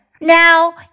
Now